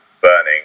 burning